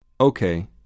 Okay